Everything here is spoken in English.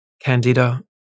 candida